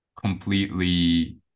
completely